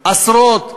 עשרות רפורמות.